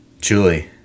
Julie